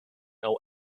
know